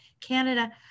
Canada